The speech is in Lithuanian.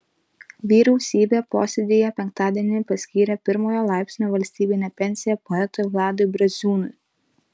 vyriausybė posėdyje penktadienį paskyrė pirmojo laipsnio valstybinę pensiją poetui vladui braziūnui